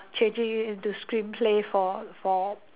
changing it into screenplay for for